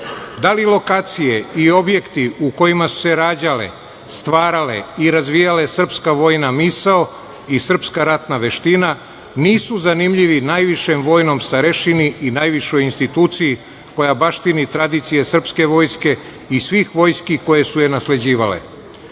Da li lokacije i objekti u kojima su se rađale, stvarale i razvijale srpska vojna misao i srpska ratna veština nisu zanimljivi najvišem vojnom starešini i najvišoj instituciji koja baštini tradicije srpske vojske i svih vojski koje su je nasleđivale? Ekološki